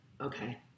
Okay